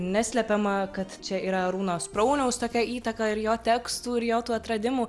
neslepiama kad čia yra arūno sprauniaus tokia įtaka ir jo tekstų ir jo tų atradimų